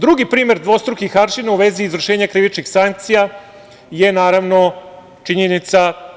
Drugi primer dvostrukih aršina u vezi izvršenja krivičnih sankcija je sledeća činjenica.